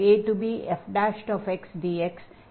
1b aabfxdxf